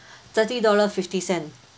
thirty dollar fifty cent